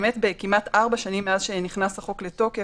כמעט ארבע שנים מאז נכנס החוק לתוקף,